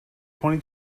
twenty